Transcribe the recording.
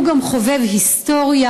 הוא גם חובב היסטוריה,